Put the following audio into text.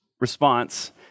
response